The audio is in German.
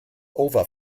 over